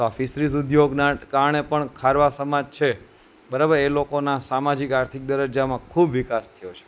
તો આ ફિશરીસ ઉદ્યોગના કારણે પણ ખારવા સમાજ છે બરાબર એ લોકોના સામાજિક આર્થિક દરજ્જામાં ખૂબ વિકાસ થયો છે